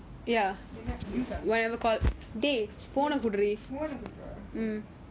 whatever called டேய்:dei phone eh குடுடி:kududi phone eh கொடுக்கவா:kudukava